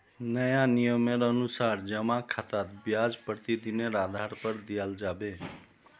नया नियमेर अनुसार जमा खातात ब्याज प्रतिदिनेर आधार पर दियाल जाबे